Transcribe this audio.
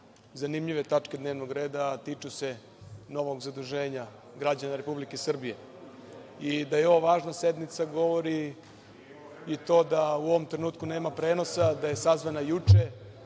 zanimljive tačke dnevnog reda, a tiču se novog zaduženja građana Republike Srbije. Da je ovo važna sednica govori i to da u ovom trenutku nema prenosa, da je sazvana juče